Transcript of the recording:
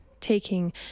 taking